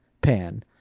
pan